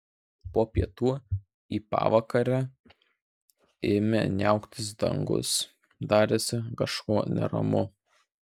po pietų į pavakarę ėmė niauktis dangus darėsi kažko neramu